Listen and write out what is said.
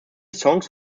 songs